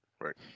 right